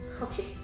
Okay